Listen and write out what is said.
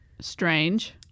Strange